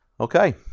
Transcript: Okay